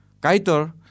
Kaitor